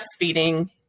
breastfeeding